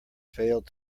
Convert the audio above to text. failed